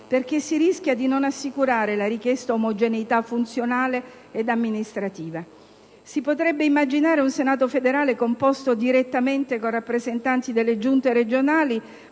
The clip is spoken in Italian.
perché si rischia di non assicurare la richiesta omogeneità funzionale e amministrativa. Si potrebbe immaginare un Senato federale composto direttamente con rappresentanti delle Giunte regionali,